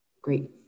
Great